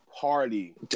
party